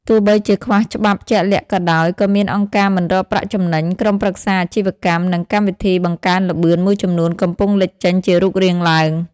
ទោះបីជាខ្វះច្បាប់ជាក់លាក់ក៏ដោយ ក៏មានអង្គការមិនរកប្រាក់ចំណេញ ក្រុមប្រឹក្សាអាជីវកម្ម និងកម្មវិធីបង្កើនល្បឿនមួយចំនួនកំពុងលេចចេញជារូបរាងឡើង ។